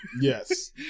Yes